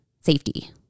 safety